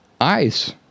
ice